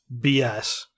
BS